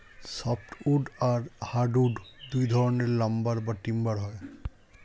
soft wood আর hardwood দুই ধরনের লাম্বার বা টিম্বার হয়